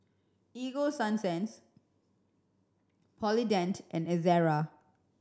Ego Sunsense Polident and Ezerra